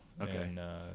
Okay